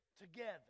Together